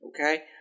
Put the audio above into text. okay